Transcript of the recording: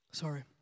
Sorry